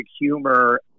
humor